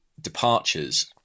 departures